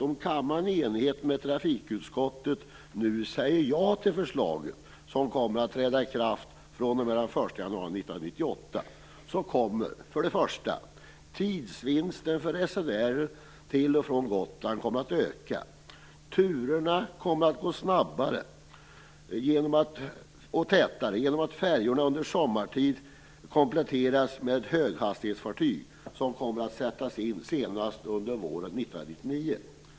Om kammaren i enlighet med utskottets hemställan nu säger ja till förslaget, som kommer att träda i kraft den 1 januari 1998, kommer tidsvinsten för resenärer till och från Gotland att öka. Turerna kommer att gå snabbare och tätare, genom att färjorna under sommartid kompletteras med ett höghastighetsfartyg, som sätts in senast under våren 1999.